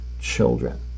children